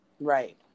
right